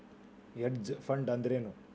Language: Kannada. ಹೆಡ್ಜ್ ಫಂಡ್ ಅಂದ್ರೇನು?